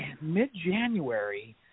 mid-January